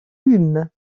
lûmes